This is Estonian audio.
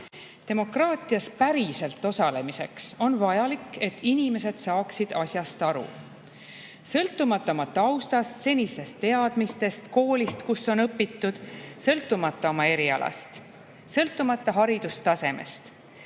Demokraatias päriselt osalemiseks on vajalik, et inimesed saaksid asjast aru, sõltumata oma taustast, senistest teadmistest, koolist, kus on õpitud, sõltumata oma erialast, sõltumata haridustasemest.